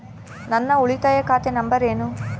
ನನ್ನ ಉಳಿತಾಯ ಖಾತೆ ನಂಬರ್ ಏನು?